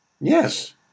Yes